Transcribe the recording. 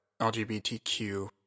LGBTQ